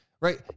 right